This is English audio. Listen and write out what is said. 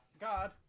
God